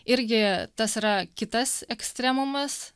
irgi tas yra kitas ekstremumas